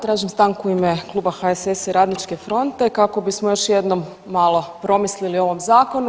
Tražim stanku u ime kluba HSS-a i Radničke fronte kako bismo još jednom malo promislili o ovom zakonu.